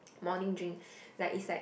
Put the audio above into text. morning drinks like it's like